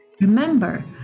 Remember